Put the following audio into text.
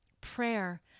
prayer